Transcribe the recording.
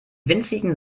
winzigen